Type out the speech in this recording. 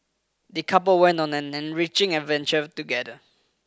the couple went on an enriching adventure together